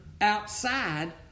outside